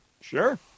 Sure